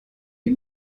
wie